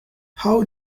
how